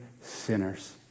sinners